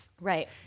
right